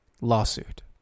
Lawsuit